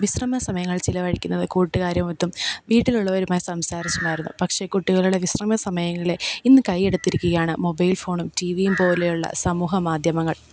വിശ്രമ സമയങ്ങൾ ചിലവഴിക്കുന്നത് കൂട്ടുകാരുമൊത്തും വീട്ടിലുള്ളവരുമായി സംസാരിച്ചുമായിരുന്നു പക്ഷേ കുട്ടികളുടെ വിശ്രമ സമയങ്ങളെ ഇന്ന് കയ്യിൽ എടുത്തിരിക്കയാണ് മൊബൈൽ ഫോണും ടീ വീം പോലെയുള്ള സമൂഹ മാധ്യമങ്ങൾ